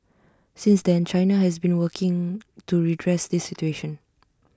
since then China has been working to redress this situation